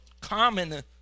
common